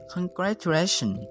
Congratulation